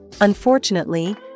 Unfortunately